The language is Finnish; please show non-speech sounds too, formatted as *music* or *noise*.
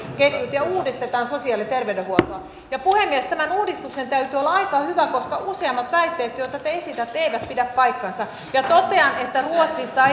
ja uudistetaan sosiaali ja terveydenhuoltoa puhemies tämän uudistuksen täytyy olla aika hyvä koska useammat väitteet joita te esitätte eivät pidä paikkaansa ja totean että ruotsissa *unintelligible*